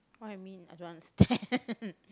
what you mean I don't understand